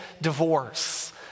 divorce